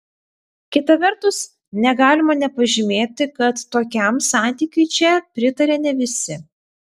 kita vertus negalima nepažymėti kad tokiam santykiui čia pritaria ne visi